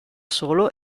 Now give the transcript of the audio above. solo